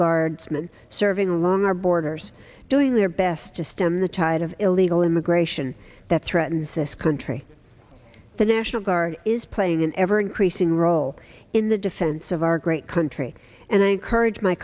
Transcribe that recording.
guardsmen serving along our borders doing their best to stem the tide of illegal immigration that threatens this country the national guard is playing an ever increasing role in the defense of our great country and i